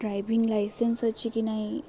driving licence ଅଛି କି ନାଇଁ